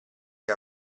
che